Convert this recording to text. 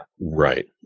Right